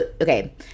okay